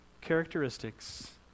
characteristics